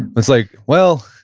it's like, well,